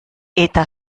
eta